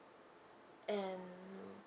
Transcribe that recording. and